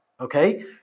okay